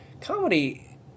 comedy